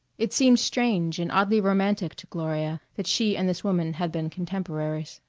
it seemed strange and oddly romantic to gloria that she and this woman had been contemporaries.